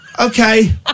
Okay